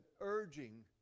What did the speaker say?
urging